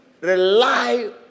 rely